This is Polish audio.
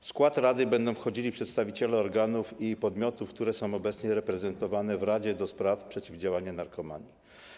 W skład rady będą wchodzili przedstawiciele organów i podmiotów, które są obecnie reprezentowane w Radzie do spraw Przeciwdziałania Narkomanii.